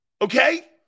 Okay